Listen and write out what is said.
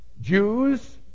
Jews